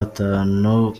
atanu